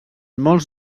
molts